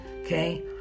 okay